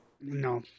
no